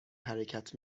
حرکت